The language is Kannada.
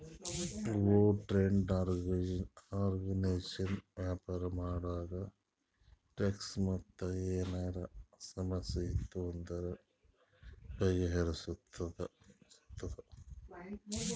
ವರ್ಲ್ಡ್ ಟ್ರೇಡ್ ಆರ್ಗನೈಜೇಷನ್ ವ್ಯಾಪಾರ ಮಾಡಾಗ ಟ್ಯಾಕ್ಸ್ ಮತ್ ಏನರೇ ಸಮಸ್ಯೆ ಇತ್ತು ಅಂದುರ್ ಬಗೆಹರುಸ್ತುದ್